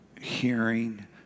hearing